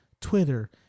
Twitter